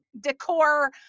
decor